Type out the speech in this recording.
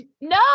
No